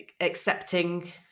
accepting